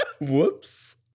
Whoops